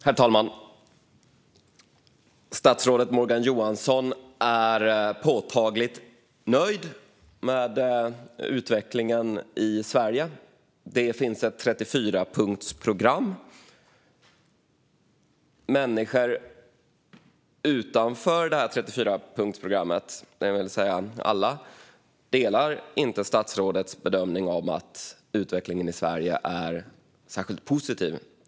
Herr talman! Statsrådet Morgan Johansson är påtagligt nöjd med utvecklingen i Sverige. Det finns ett 34-punktsprogram. Alla människor utanför 34-punktsprogrammet delar inte statsrådets bedömning att utvecklingen i Sverige är särskilt positiv.